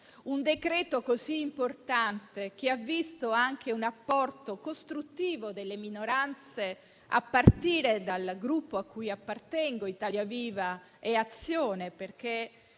un decreto così importante da aver visto anche un apporto costruttivo delle minoranze, a partire dal Gruppo cui appartengo, Italia Viva e Azione, perché,